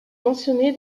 mentionné